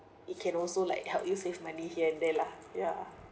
it can also like help you save money here and there lah ya